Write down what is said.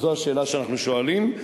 וזו השאלה שאנחנו שואלים,